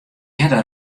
hearde